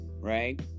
Right